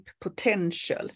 potential